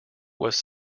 was